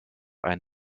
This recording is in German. ein